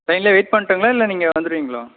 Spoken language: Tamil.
லைனிலே வெயிட் பண்ணட்டுங்களா இல்லை நீங்கள் வந்துடுவீங்களா